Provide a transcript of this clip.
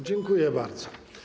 Dziękuję bardzo.